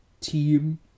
team